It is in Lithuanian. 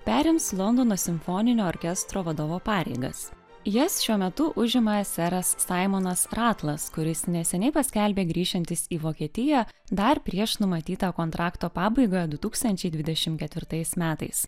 perims londono simfoninio orkestro vadovo pareigas jas šiuo metu užima seras saimonas ratlas kuris neseniai paskelbė grįšiantis į vokietiją dar prieš numatytą kontrakto pabaiga du tūkstančiai dvidešimt ketvirtais metais